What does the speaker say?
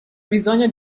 bisogno